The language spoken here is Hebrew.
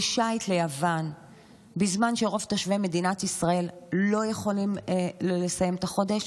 לשיט ליוון בזמן שרוב תושבי מדינת ישראל לא יכולים לסיים את החודש?